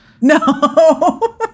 No